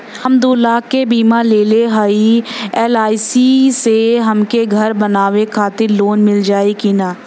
हम दूलाख क बीमा लेले हई एल.आई.सी से हमके घर बनवावे खातिर लोन मिल जाई कि ना?